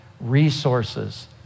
resources